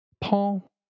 paul